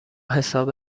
حساب